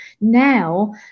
Now